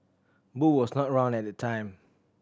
Boo was not around at the time